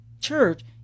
church